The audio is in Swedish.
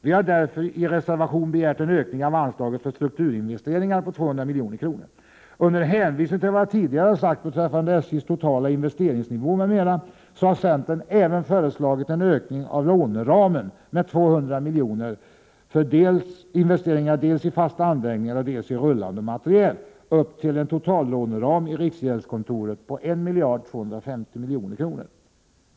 Vi har därför i en Under hänvisning till vad jag tidigare har sagt beträffande SJ:s totala investeringsnivå m.m. har centern även föreslagit en ökning av låneramen med 200 miljoner för investeringar i dels fasta anläggningar, dels rullande materiel upp till en totallåneram i riksgäldskontoret på 1 250 milj.kr.